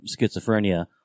schizophrenia